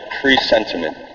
pre-sentiment